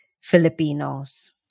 Filipinos